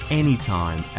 anytime